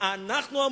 אנחנו,